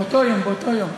באותו יום, באותו יום.